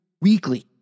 weekly